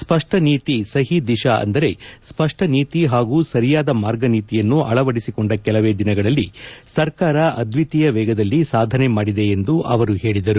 ಸ್ಪಷ್ಟ ನೀತಿ ಸಹೀ ದಿಶಾ ಅಂದರೆ ಸ್ಪಷ್ಟ ನೀತಿ ಹಾಗೂ ಸರಿಯಾದ ಮಾರ್ಗ ನೀತಿಯನ್ನು ಅಳವಡಿಸಿಕೊಂಡ ಕೆಲವೇ ದಿನಗಳಲ್ಲಿ ಸರ್ಕಾರ ಅದ್ವಿತೀಯ ವೇಗದಲ್ಲಿ ಸಾಧನೆ ಮಾಡಿದೆ ಎಂದು ಅವರು ಹೇಳಿದರು